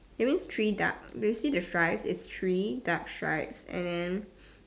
that means three dark when you see the stripes it's three dark stripes and then